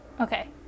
Okay